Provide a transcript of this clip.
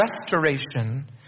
Restoration